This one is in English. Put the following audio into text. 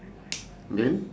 then